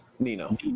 Nino